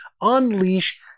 unleash